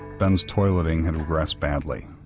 ben's toileting had regressed badly,